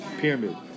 pyramid